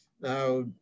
Now